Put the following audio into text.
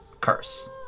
Curse